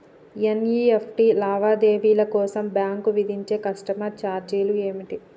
NEFT లావాదేవీల కోసం bank విధించే కస్టమర్ ఛార్జీలు ఏమిటి?